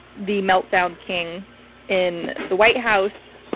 the meltdown king in the white house,